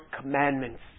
commandments